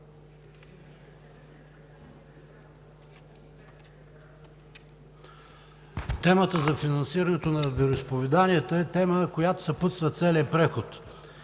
Темата за финансирането на вероизповеданията е тема, която съпътства целия преход.